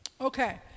okay